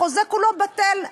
החוזה כולו בטל,